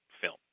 film